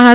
R